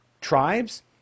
tribes